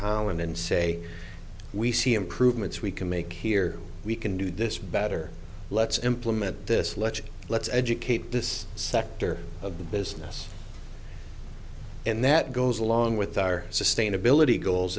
holland and say we see improvements we can make here we can do this better let's implement this let's let's educate this sector of the business and that goes along with our sustainability goals